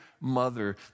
mother